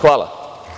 Hvala.